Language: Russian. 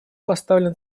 поставлен